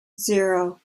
zero